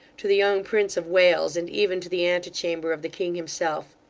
to the young prince of wales, and even to the ante-chamber of the king himself.